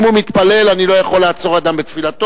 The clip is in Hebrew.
אם הוא מתפלל, אני לא יכול לעצור אדם בתפילתו.